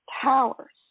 towers